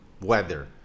weather